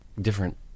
different